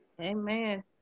amen